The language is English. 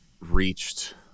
reached